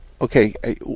okay